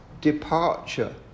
departure